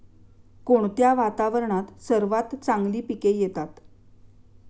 कोणत्या वातावरणात सर्वात चांगली पिके येतात?